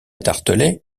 tartelett